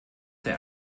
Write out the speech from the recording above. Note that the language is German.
der